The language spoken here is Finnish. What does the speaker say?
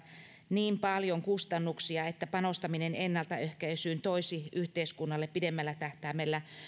niin paljon kustannuksia että panostaminen ennaltaehkäisyyn toisi yhteiskunnalle pidemmällä tähtäimellä